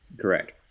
Correct